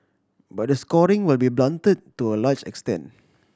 but the scoring will be blunted to a large extent